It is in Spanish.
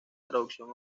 traducción